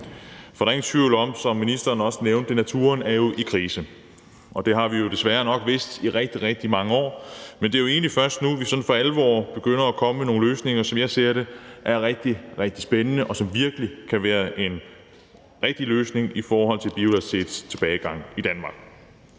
For der er ingen tvivl om, som ministeren også nævnte, at naturen er i krise, og det har vi jo desværre nok vidst i rigtig, rigtig mange år. Men det er jo egentlig først nu, vi sådan for alvor begynder at komme med nogle løsninger, som, som jeg ser det, er rigtig, rigtig spændende, og som virkelig kan være de rigtige løsninger i forhold til biodiversitetstilbagegangen i Danmark.